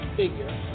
figure